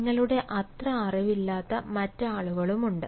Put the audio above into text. നിങ്ങളുടെ അത്ര അറിവില്ലാത്ത മറ്റ് ആളുകളുമുണ്ട്